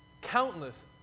Countless